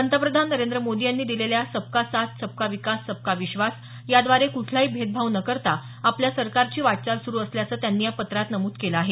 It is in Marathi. पंतप्रधान नरेंद्र मोदी यांनी दिलेल्या सबका साथ सबका विकास सबका विश्वास याद्वारे कुठलाही भेदभाव न करता आपल्या सरकारची वाटचाल सुरु असल्याचं त्यांनी या पत्रांत नमूद केलं आहे